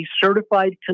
certified